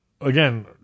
again